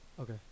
Okay